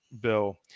bill